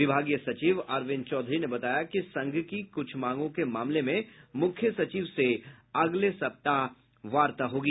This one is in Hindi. विभागीय सचिव अरविंद चौधरी ने बताया कि संघ की कुछ मांगों के मामले में मुख्य सचिव से अगले सप्ताह वार्ता होगी